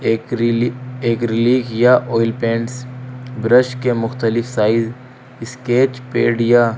ایکریلی acrylic یا oil paints brush کے مختلف سائز اسکیچ پیڈ یا